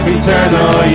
Eternal